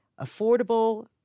affordable